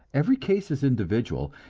every case is individual,